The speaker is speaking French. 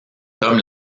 comme